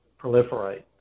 proliferate